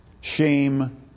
shame